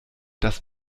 das